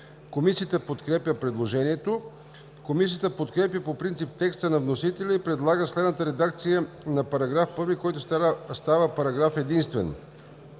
Комисията подкрепя предложението. Комисията подкрепя по принцип текста на вносителя и предлага следната редакция на § 1, който става параграф единствен.